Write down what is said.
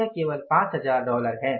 यह केवल 5000 है